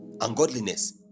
ungodliness